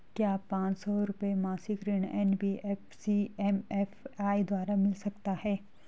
क्या पांच सौ रुपए मासिक ऋण एन.बी.एफ.सी एम.एफ.आई द्वारा मिल सकता है?